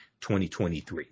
2023